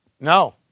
No